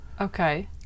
Okay